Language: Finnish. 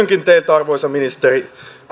arvoisa ministeri